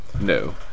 No